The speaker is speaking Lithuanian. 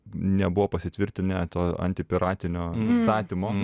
nebuvo pasitvirtinę to anti piratinio nustatymo